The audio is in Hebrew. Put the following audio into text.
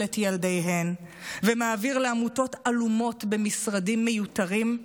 את ילדיהן ומעביר לעמותות עלומות במשרדים מיותרים,